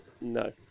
No